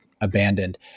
abandoned